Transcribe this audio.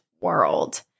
world